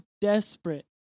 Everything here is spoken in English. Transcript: desperate